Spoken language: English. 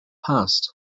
past